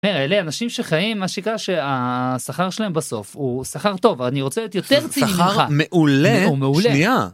אלה אנשים שחיים... מה שנקרא... שהשכר שלהם בסוף הוא שכר טוב, אני רוצה להיות יותר ציני ממך. שכר מעולה!